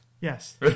yes